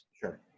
sure